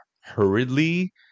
hurriedly